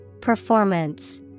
Performance